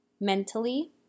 mentally